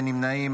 אין נמנעים.